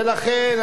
ולכן,